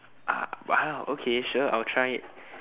uh !wow! okay sure I I'll try it